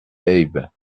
haybes